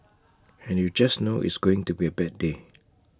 and you just know it's going to be A bad day